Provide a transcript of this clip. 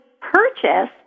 purchase